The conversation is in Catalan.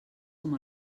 com